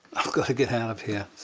i've got to get out of here.